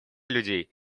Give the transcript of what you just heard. людей